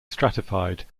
stratified